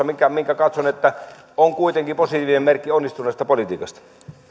minkä minkä katson kuitenkin olevan positiivinen merkki onnistuneesta politiikasta